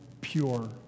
pure